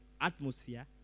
atmosphere